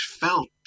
felt